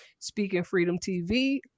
speakingfreedomtv